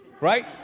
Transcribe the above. right